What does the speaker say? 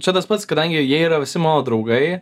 čia tas pats kadangi jie yra visi mano draugai